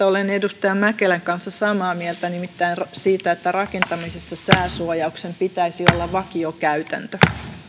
olen edustaja mäkelän kanssa samaa mieltä nimittäin siitä että rakentamisessa sääsuojauksen pitäisi olla vakiokäytäntö